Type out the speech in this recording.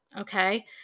Okay